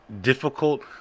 difficult